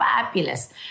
fabulous